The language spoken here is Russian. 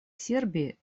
сербии